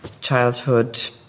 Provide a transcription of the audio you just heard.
childhood